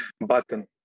button